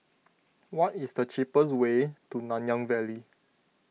what is the cheaper way to Nanyang Valley